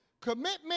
Commitment